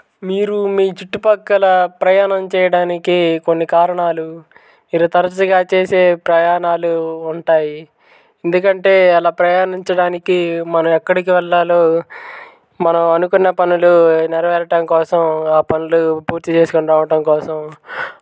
మీరు మీ చుట్టుపక్కల ప్రయాణం చేయడానికి కొన్ని కారణాలు మీరు తరచుగా చేసే ప్రయాణాలు ఉంటాయి ఎందుకంటే అలా ప్రయాణించడానికి మన ఎక్కడికి వెళ్ళాలో మనం అనుకున్న పనులు నెరవేరటం కోసం ఆ పమనులు పూర్తి చేసుకుని రావటం కోసం